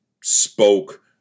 spoke